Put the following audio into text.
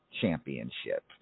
Championship